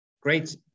great